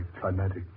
climatic